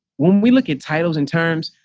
when we look at titles and terms,